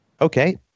Okay